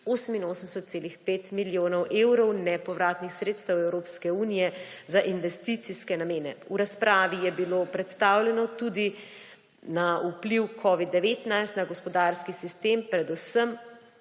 88,5 milijonov evrov nepovratnih sredstev Evropske unije za investicijske namene. V razpravi je bil predstavljen tudi vpliv covid-19 na gospodarski sistem, predvsem